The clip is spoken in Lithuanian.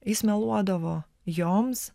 jis meluodavo joms